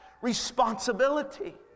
responsibility